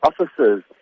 officers